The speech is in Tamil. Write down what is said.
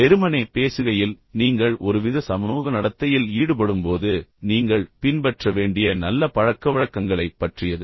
வெறுமனே பேசுகையில் நீங்கள் ஒருவித சமூக நடத்தையில் ஈடுபடும்போது நீங்கள் பின்பற்ற வேண்டிய நல்ல பழக்கவழக்கங்களைப் பற்றியது